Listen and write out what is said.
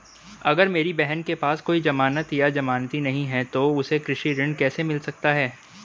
अगर मेरी बहन के पास कोई जमानत या जमानती नहीं है तो उसे कृषि ऋण कैसे मिल सकता है?